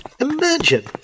Imagine